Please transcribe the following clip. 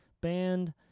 band